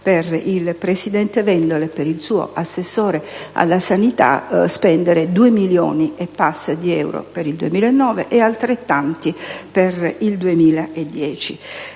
per il presidente Vendola e per il suo assessore alla sanità nello spendere oltre 2 milioni di euro per il 2009 e altrettanti per il 2010.